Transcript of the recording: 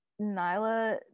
nyla